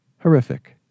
horrific